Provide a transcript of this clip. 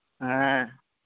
ᱦᱮᱸ